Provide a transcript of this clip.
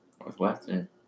Northwestern